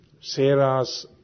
Sarah's